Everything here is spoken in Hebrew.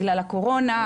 בגלל הקורונה,